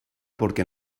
porque